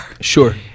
Sure